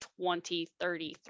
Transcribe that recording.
2033